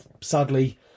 sadly